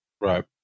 Right